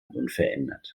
unverändert